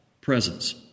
presence